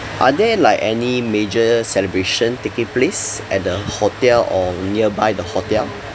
are they like any major celebration taking place at the hotel or nearby the hotel